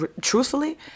truthfully